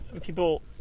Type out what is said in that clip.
people